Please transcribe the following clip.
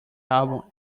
album